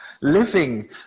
living